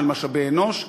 של משאבי אנוש,